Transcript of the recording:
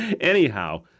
Anyhow